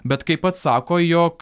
bet kaip pats sako jog